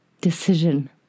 decision